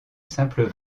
simple